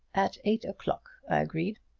at eight o'clock! i agreed.